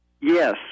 Yes